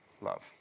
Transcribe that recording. Love